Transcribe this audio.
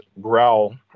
growl